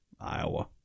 Iowa